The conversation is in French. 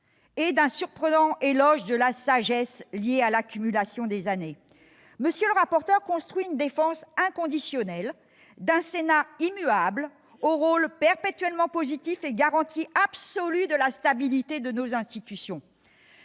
et d'un surprenant éloge de la sagesse liée à l'accumulation des années, M. le rapporteur construit une défense inconditionnelle d'un Sénat immuable au rôle perpétuellement positif et garantie absolue de la stabilité de nos institutions.